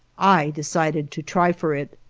i decided to try for it.